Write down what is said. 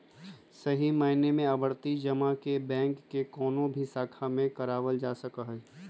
सही मायने में आवर्ती जमा के बैंक के कौनो भी शाखा से करावल जा सका हई